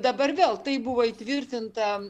dabar vėl tai buvo įtvirtinta